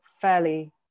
fairly